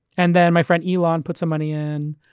and then, my friend, elon, put some money in.